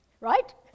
Right